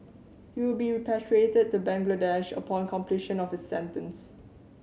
he will be repatriated to Bangladesh upon completion of his sentence